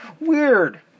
Weird